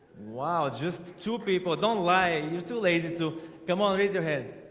wow just two people don't lie. you're too lazy to come on raise your head